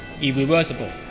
irreversible